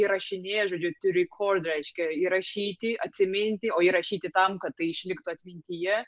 įrašinėja žodžiu tu rekod reiškia įrašyti atsiminti o įrašyti tam kad tai išliktų atmintyje